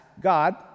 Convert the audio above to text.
God